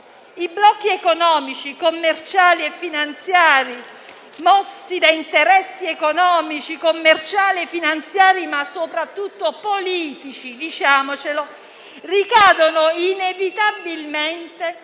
I blocchi economici, commerciali e finanziari, mossi da interessi economici, commerciali e finanziari, ma soprattutto politici (diciamocelo), ricadono inevitabilmente